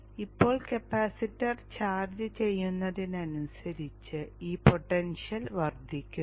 ഇപ്പോൾ capacitor charge ചെയ്യുന്നതിനനുസരിച്ച് ഈ പൊട്ടൻഷ്യൽ വർദ്ധിക്കുന്നു